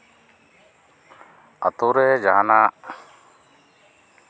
ᱟᱹᱛᱩᱨᱮ ᱡᱟᱸᱦᱟᱱᱟᱜ